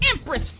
empress